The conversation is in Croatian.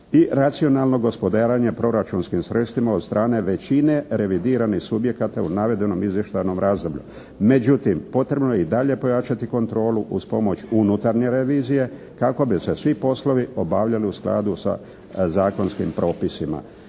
i racionalno gospodarenje proračunskim sredstvima od strane većine revidiranih subjekata u navedenom izvještajnom razdoblju. Međutim, potrebno je i dalje pojačati kontrolu uz pomoć unutarnje revizije kako bi se svi poslovi obavljali u skladu sa zakonskim propisima.